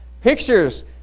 Pictures